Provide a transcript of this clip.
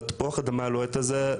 בתפוח-אדמה הלוהט הזה,